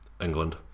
England